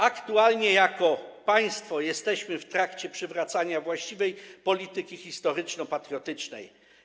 Aktualnie jako państwo jesteśmy w trakcie przywracania właściwej polityki historyczno-patriotycznej.